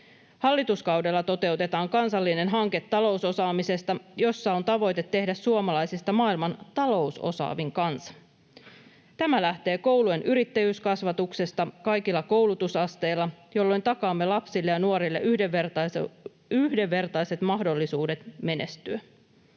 Hallituskaudella toteutetaan kansallinen hanke talousosaamisesta, jossa on tavoite tehdä suomalaisista maailman talousosaavin kansa. Tämä lähtee koulujen yrittäjyyskasvatuksesta kaikilla koulutusasteilla, jolloin takaamme lapsille ja nuorille yhdenvertaiset mahdollisuudet menestyä.